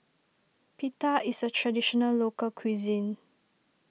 Pita is a Traditional Local Cuisine